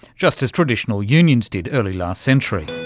just as traditional unions did early last century.